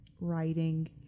writing